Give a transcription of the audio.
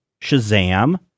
Shazam